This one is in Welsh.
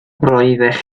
roeddech